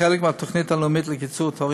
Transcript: חובה עלינו להתייצב ולהגן